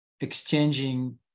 exchanging